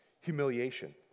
humiliation